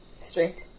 Strength